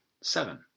Seven